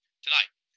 Tonight